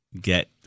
get